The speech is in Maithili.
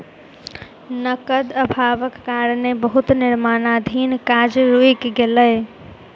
नकद अभावक कारणें बहुत निर्माणाधीन काज रुइक गेलै